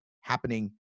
happening